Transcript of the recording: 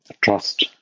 trust